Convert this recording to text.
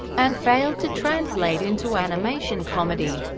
and failed to translate into animation comedy.